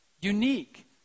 unique